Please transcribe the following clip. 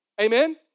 Amen